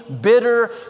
bitter